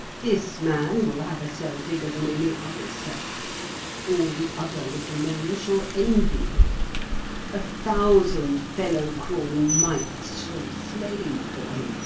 this man will have a cell bigger than any other cell all the other little men shall envy him a thousand fellow-crawling mites shall slave for him,